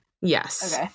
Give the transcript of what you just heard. Yes